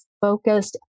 focused